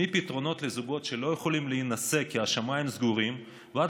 מפתרונות לזוגות שלא יכולים להינשא כי השמיים סגורים ועד